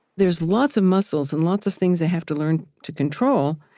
there's lots of muscles and lots of things they have to learn to control.